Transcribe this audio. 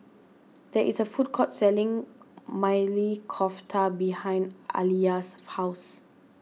there is a food court selling Maili Kofta behind Aliya's house